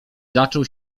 zaczął